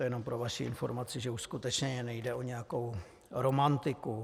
To jenom pro vaši informaci, že už skutečně nejde o nějakou romantiku.